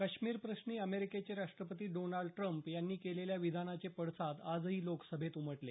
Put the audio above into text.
काश्मीर प्रश्नी अमेरिकेचे राष्ट्रपती डोनाल्ड ट्रम्प यांनी केलेल्या विधानाचे पडसाद आजही लोकसभेत उमटले